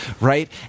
right